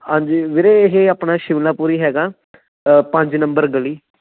ਹਾਂਜੀ ਵੀਰੇ ਇਹ ਆਪਣਾ ਸ਼ਿਮਲਾ ਪੁਰੀ ਹੈਗਾ ਪੰਜ ਨੰਬਰ ਗਲ਼ੀ